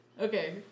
Okay